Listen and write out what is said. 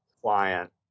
client